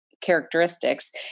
characteristics